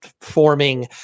forming